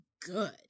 good